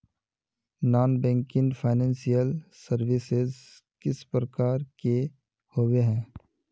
Non banking financial services किस प्रकार के होबे है?